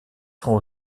sont